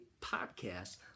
podcast